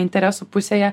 interesų pusėje